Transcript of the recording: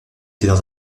étaient